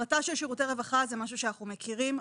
הפרטה של שירותי רווחה זה משהו שאנחנו מכירים,